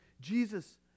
Jesus